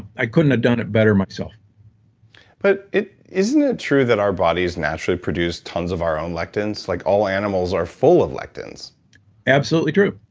i couldn't have done it better myself but isn't it true that our bodies naturally produce tons of our own lectins? like all animals are full of lectins absolutely true.